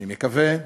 אני מקווה.